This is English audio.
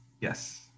Yes